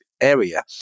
area